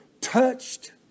touched